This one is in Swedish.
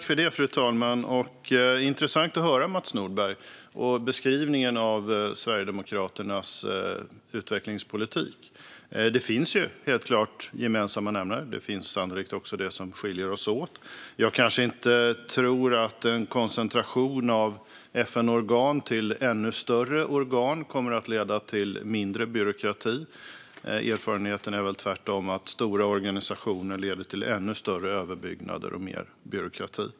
Fru talman! Det var intressant att höra Mats Nordberg och beskrivningen av Sverigedemokraternas utvecklingspolitik. Det finns helt klart gemensamma nämnare. Det finns sannolikt också sådant som skiljer oss åt. Jag kanske inte tror att en koncentration av FN-organ till ännu större organ kommer att leda till mindre byråkrati. Erfarenheten är väl tvärtom att stora organisationer leder till ännu större överbyggnader och mer byråkrati.